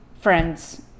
friends